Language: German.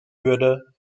würde